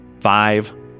Five